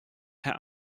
herr